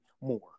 more